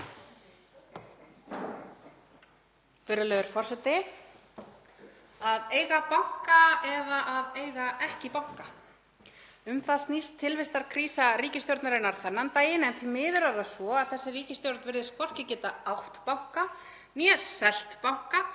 Virðulegur forseti. Að eiga banka eða eiga ekki banka. Um það snýst tilvistarkrísa ríkisstjórnarinnar þennan daginn, en því miður er það svo að þessi ríkisstjórn virðist hvorki geta átt banka né selt banka